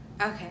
okay